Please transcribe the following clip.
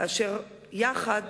ויחד